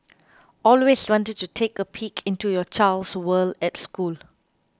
always wanted to take a peek into your child's world at school